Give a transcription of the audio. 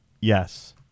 Yes